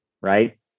right